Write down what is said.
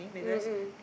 mm mm